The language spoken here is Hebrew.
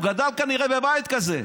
הוא גדל כנראה בבית כזה.